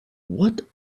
what